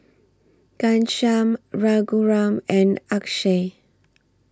Ghanshyam Raghuram and Akshay